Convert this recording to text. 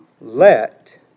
let